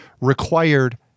required